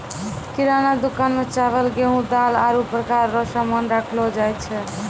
किराना दुकान मे चावल, गेहू, दाल, आरु प्रकार रो सामान राखलो जाय छै